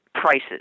prices